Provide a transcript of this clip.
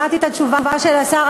שמעתי את התשובה של השר,